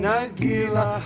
Nagila